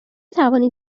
توانید